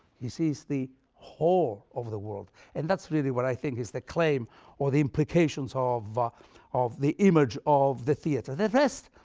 he sees the whole of the world and that's really what i think is the claim or the implications ah of ah of the image of the theatre. the text,